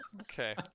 Okay